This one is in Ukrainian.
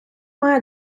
має